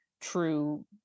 true